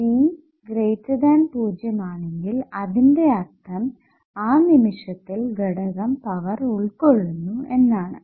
P 0 ആണെങ്കിൽ അതിന്റെ അർത്ഥം ആ നിമിഷത്തിൽ ഘടകം പവർ ഉൾകൊള്ളുന്നു എന്നാണു